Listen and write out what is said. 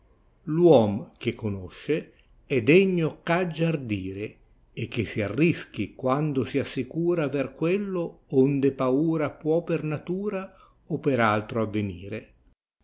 uom che conosce è degno eh aa ardire e che si arrischi quando si assicnra ter quello onde paura può per natura o per altro atvenire